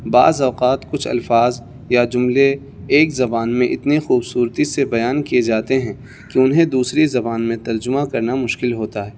بعض اوقات کچھ الفاظ یا جملے ایک زبان میں اتنی خوبصورتی سے بیان کیے جاتے ہیں کہ انہیں دوسری زبان میں ترجمہ کرنا مشکل ہوتا ہے